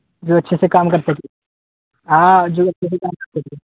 جو اچھے سے کام کر سکے ہاں جو اچھے سے کام کر سکے